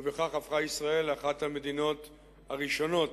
ובכך הפכה ישראל לאחת המדינות הראשונות